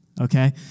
okay